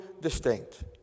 distinct